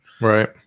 right